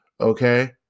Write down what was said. okay